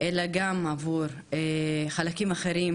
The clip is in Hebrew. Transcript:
אלא גם עבור חלקים אחרים